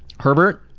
herbert?